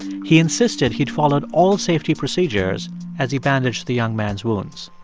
he insisted he'd followed all safety procedures as he bandaged the young man's wounds.